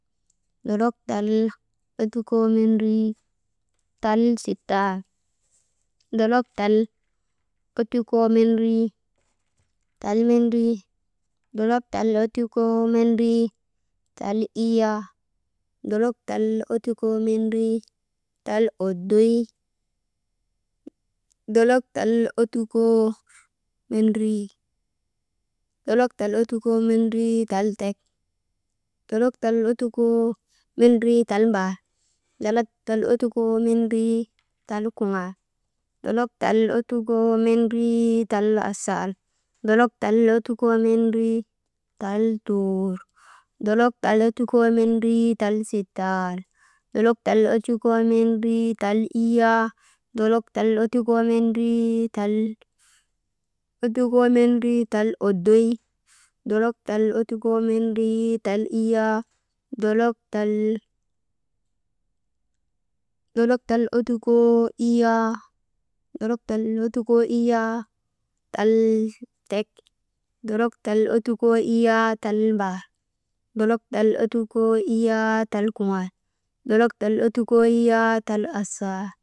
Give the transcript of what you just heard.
Dolok tal ottukoo mendrii tal sittal, dolok tal ottukoo mendrii tal iyyaa, dolok tal ottukoo mendrii tal oddoy, dolok tal ottukoo mendrii, dolok tal ottukoo mendrii tal tek, dolok tal ottukoo mendrii tal mbaar, dolok tal ottukoo mendrii tal kuŋaal, dolok tal ottukoo mendrii tal aasal, dolok tal ottukoo mendrii tal tuur, dolok tal ottukoo mendrii tal sittal, dolok tal ottukoo mendrii tal mendrii, dolok tal ottukoo mendrii tal iyyaa, dolok tal ottukoo mendrii tal oddoy dolok tal ottukoo mendrii tal iyyaa, dolok tal, dolok tal ottukoo iyyaa, dolok tal ottukoo iyyaa tal tek dolok tal ottukoo iyyaa tal mbaar, dolok tal ottukoo iyyaa tal kuŋaal, dolok tal ottukoo iyyaa tal asaal.